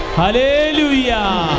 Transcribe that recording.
Hallelujah